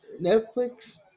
Netflix